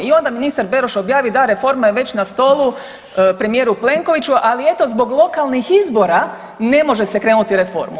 I onda ministar Beroš objavi da reforma je već na stolu premijeru Plenkoviću, ali eto zbog lokalnih izbora ne može se krenuti u reformu.